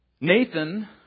Nathan